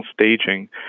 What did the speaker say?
staging